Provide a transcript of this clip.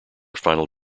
final